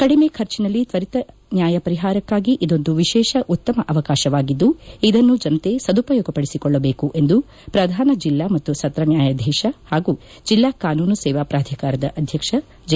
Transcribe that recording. ಕಡಿಮೆ ಖರ್ಚಿನಲ್ಲಿ ತ್ವರಿತ ನ್ಯಾಯ ಪರಿಹಾರಕ್ಕಾಗಿ ಇದೊಂದು ವಿಶೇಷ ಉತ್ತಮ ಅವಕಾಶವಾಗಿದ್ದು ಇದನ್ನು ಜಿನತೆ ಸದುಪಯೋಗಪಡಿಸಿಕೊಳ್ಳಬೇಕು ಎಂದು ಪ್ರಧಾನ ಜಿಲ್ಲಾ ಮತ್ತು ಸತ್ರ ನ್ಯಾಯಾಧೀಶ ಹಾಗೂ ಜಿಲ್ಲಾ ಕಾನೂನು ಸೇವಾ ಪ್ರಾಧಿಕಾರದ ಅಧ್ಯಕ್ಷ ಜೆ